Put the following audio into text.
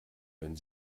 wenn